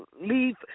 leave